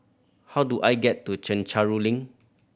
how do I get to Chencharu Link